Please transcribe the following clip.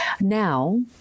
Now